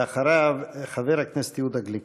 אחריו, חבר הכנסת יהודה גליק.